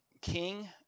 king